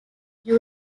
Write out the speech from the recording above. you